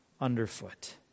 underfoot